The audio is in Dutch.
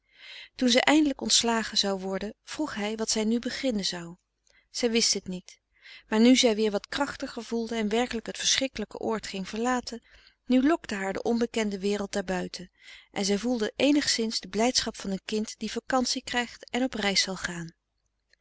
toen zij eindelijk ontslagen zou worden vroeg hij wat zij nu beginnen zou zij wist het niet maar nu zij weer wat krachtiger voelde en werkelijk het verschrikkelijke oord ging verlaten nu lokte haar de onbekende wereld daarbuiten en zij voelde eenigszins de blijdschap van een kind dat vacantie krijgt en op reis zal gaan